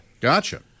Gotcha